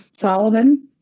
Solomon